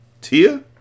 Tia